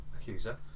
Accuser